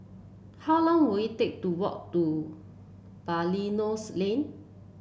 how long will it take to walk to Belilios Lane